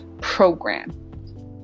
program